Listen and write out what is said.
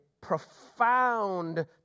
profound